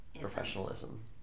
Professionalism